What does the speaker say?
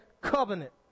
covenant